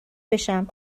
بشم